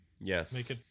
Yes